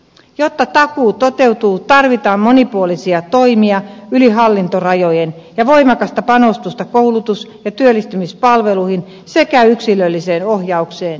jotta takuu toteutuu tarvitaan monipuolisia toimia yli hallintorajojen ja voimakasta panostusta koulutus ja työllistymispalveluihin sekä yksilölliseen ohjaukseen ja tukeen